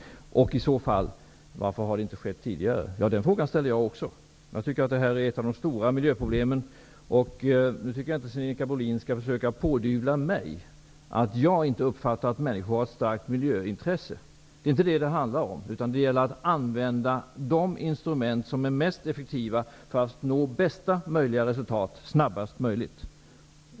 I så fall undrar jag varför detta inte har skett tidigare. Den frågan ställer jag också. Detta är ett av de stora miljöproblemen. Sinikka Bohlin skall inte försöka pådyvla mig att jag inte har uppfattat att människor har ett starkt miljöintresse. Det handlar inte om det. Det gäller att använda de instrument som är mest effektiva för att nå bästa möjliga resultat snabbast möjligt.